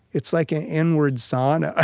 it's like an inward sauna.